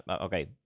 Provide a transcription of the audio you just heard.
okay